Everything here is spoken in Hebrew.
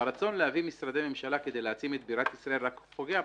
והרצון להביא משרדי ממשלה כדי להעצים את בירת ישראל רק פוגע בה,